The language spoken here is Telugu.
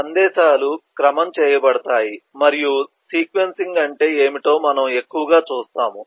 సందేశాలు క్రమం చేయబడతాయి మరియు సీక్వెన్సింగ్ అంటే ఏమిటో మనం ఎక్కువగా చూస్తాము